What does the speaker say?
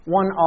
one